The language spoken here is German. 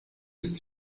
ist